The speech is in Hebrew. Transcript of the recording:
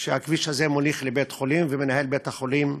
שהכביש הזה מוליך לבית-חולים, ומנהל בית-החולים,